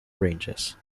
ranges